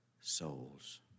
souls